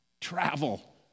travel